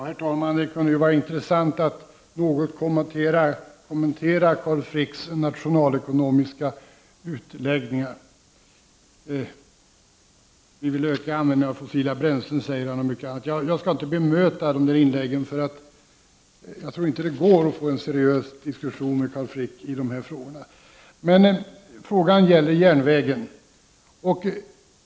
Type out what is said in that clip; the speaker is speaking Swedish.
Herr talman! Det kunde vara intressant att något kommentera Carl Fricks nationalekonomiska utläggningar. Han säger bl.a. att vi vill öka användningen av fossila bränslen. Jag skall inte bemöta de inläggen. Jag tror inte att det går att få till stånd en seriös diskussion med Carl Frick i dessa frågor. Frågan gäller järnvägen.